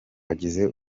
hagize